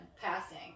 passing